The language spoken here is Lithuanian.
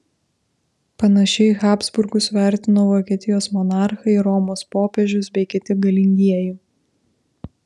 panašiai habsburgus vertino vokietijos monarchai romos popiežius bei kiti galingieji